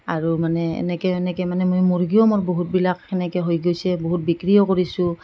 আৰু মানে এনেকৈ এনেকৈ মানে মই মুৰ্গীও মোৰ বহুতবিলাক তেনেকৈ হৈ গৈছে বহুত বিক্ৰীও কৰিছোঁ